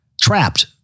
trapped